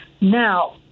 Now